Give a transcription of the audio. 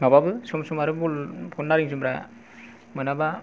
माबाबो सम सम आरो बल नारें जुमब्रा मोनाबा